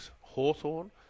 Hawthorne